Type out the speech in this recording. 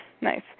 nice